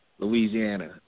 Louisiana